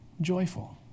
joyful